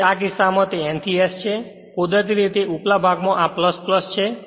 તેથી આ કિસ્સામાં તે N થી S છે કુદરતી રીતે ઉપલા ભાગમાં આ છે